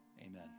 Amen